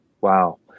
Wow